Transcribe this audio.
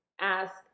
ask